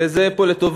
ופה זה לטובה,